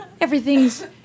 Everything's